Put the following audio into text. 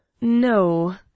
No